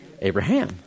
Abraham